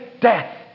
death